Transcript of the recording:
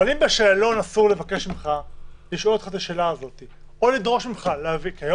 אבל אם בשאלון אסור לשאול את השאלה הזאת או לדרוש ממך להביא את זה...